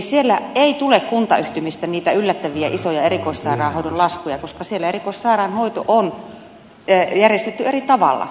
siellä ei tule kuntayhtymistä niitä yllättäviä isoja erikoissairaanhoidon laskuja koska siellä erikoissairaanhoito on järjestetty eri tavalla